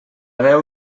deu